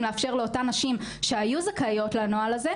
לאפשר לאותן נשים שהיו זכאיות לנוהל הזה,